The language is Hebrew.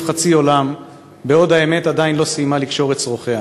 חצי עולם בעוד האמת עדיין לא סיימה לקשור את שרוכיה.